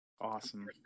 awesome